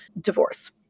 divorce